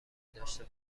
داشته